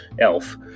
Elf